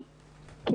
כן.